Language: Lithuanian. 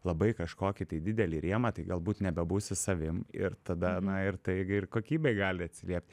labai kažkokį tai didelį rėmą tai galbūt nebebūsi savim ir tada na ir tai gi ir kokybei gali atsiliept